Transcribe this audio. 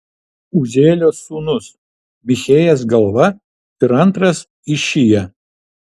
uzielio sūnūs michėjas galva ir antras išija